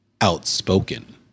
outspoken